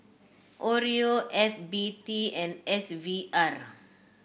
oreo F B T and S V R